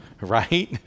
right